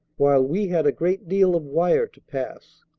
while we had a great deal of wire to pass.